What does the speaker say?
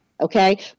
okay